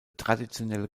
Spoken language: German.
traditionelle